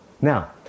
Now